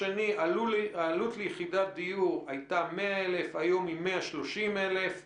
עלות יחידת הדיור הייתה 100,000. היום היא 130,000 לממ"ד.